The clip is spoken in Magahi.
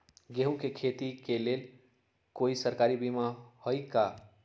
गेंहू के खेती के लेल कोइ सरकारी बीमा होईअ का?